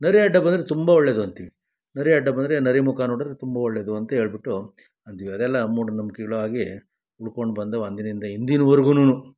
ನರಿ ಅಡ್ಡ ಬಂದರೆ ತುಂಬ ಒಳ್ಳೆಯದು ಅಂತೀವಿ ನರಿ ಅಡ್ಡ ಬಂದರೆ ನರಿ ಮುಖ ನೋಡಿದರೆ ತುಂಬ ಒಳ್ಳೆಯದು ಅಂತ ಹೇ ಳ್ಬಿಟ್ಟು ಅಂತೀವಿ ಅದೆಲ್ಲ ಮೂಢನಂಬಿಕೆಗಳು ಹಾಗೆ ಉಳ್ಕೊಂಡು ಬಂದವು ಅಂದಿನಿಂದ ಇಂದಿನವರ್ಗುನು